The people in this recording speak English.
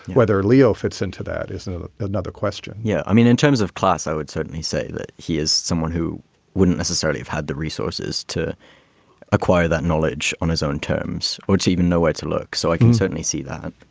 whether leo fits into that is another question yeah. i mean, in terms of class, i would certainly say that he is someone who wouldn't necessarily have had the resources to acquire that knowledge on his own terms. would you even know where to look? so i can certainly see that.